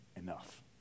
enough